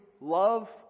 love